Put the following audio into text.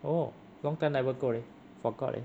oh long time never go already forgot already